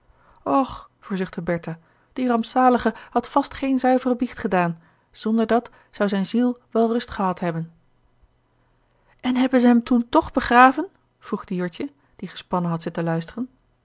och verzuchtte bertha die rampzalige had vast geen zuivere biecht gedaan zonder dat zou zijne ziele wel rust gehad hebben en hebben ze hem toen toch begraven vroeg dieuwertje die gespannen had zitten luisteren